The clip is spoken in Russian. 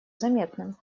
заметным